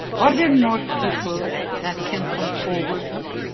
are there more people that can come forward